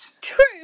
True